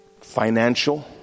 Financial